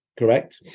correct